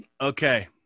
Okay